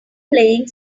playing